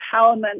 empowerment